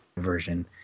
version